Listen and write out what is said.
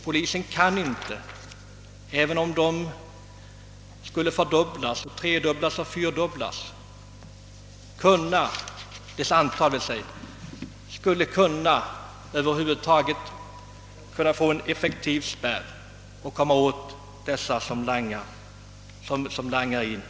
Polisen kan inte, även om dess antal fördubblas, tredubblas eller fyrdubblas, sätta en effektiv spärr för narkotikalangarna.